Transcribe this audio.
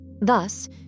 Thus